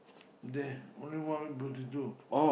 there only one potato